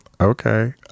Okay